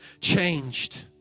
changed